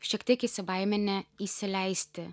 šiek tiek įsibaiminę įsileisti